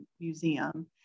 museum